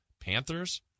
Panthers